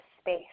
space